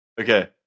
okay